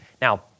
Now